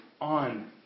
on